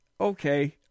Okay